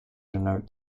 denote